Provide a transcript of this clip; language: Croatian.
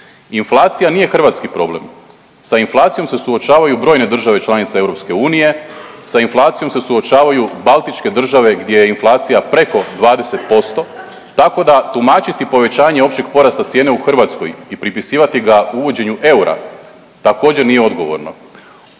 Inflacija nije hrvatski problem, sa inflacijom se suočavaju brojne države članice EU, sa inflacijom se suočavaju Baltičke države gdje je inflacija preko 20%. Tako da tumačiti povećanje općeg porasta cijene u Hrvatskoj i pripisivati ga uvođenju eura također nije odgovorno.